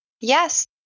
Yes